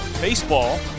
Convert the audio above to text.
Baseball